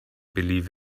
believe